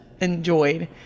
enjoyed